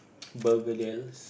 bergedils